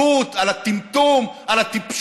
הבורות, על העיוות, על הטמטום, על הטיפשות,